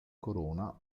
corona